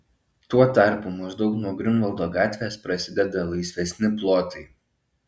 tuo tarpu maždaug nuo griunvaldo gatvės prasideda laisvesni plotai